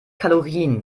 kalorien